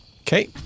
okay